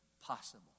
possible